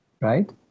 Right